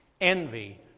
envy